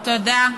תודה,